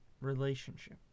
relationship